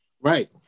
Right